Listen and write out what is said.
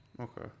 Okay